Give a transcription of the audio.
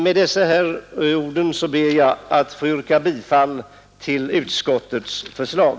Med dessa ord ber jag att få yrka bifall till utskottets förslag.